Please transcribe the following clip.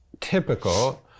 typical